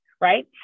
right